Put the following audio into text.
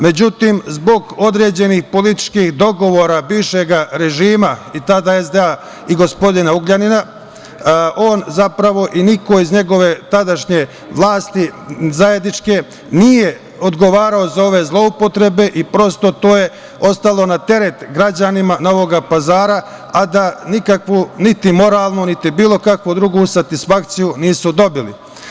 Međutim, zbog određenih političkih dogovora bivšeg režima i tada SDA i gospodina Ugljanina on zapravo i niko iz njegove tadašnje zajedničke vlasti nije odgovarao za ove zloupotrebe i prosto to je ostalo na teret građanima Novog Pazara, a da nikakvu niti moralnu, niti kakvu drugu satisfakciju nisu dobili.